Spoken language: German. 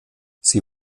sie